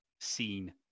seen